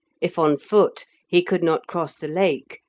if on foot he could not cross the lake,